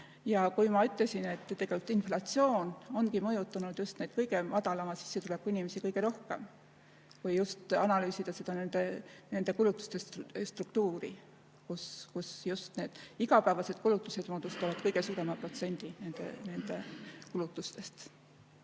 Ja nagu ma ütlesin, siis inflatsioon ongi mõjutanud just neid kõige madalama sissetulekuga inimesi kõige rohkem, kui analüüsida nende kulutuste struktuuri, kus just need igapäevased kulutused moodustavad kõige suurema protsendi nende kulutustest.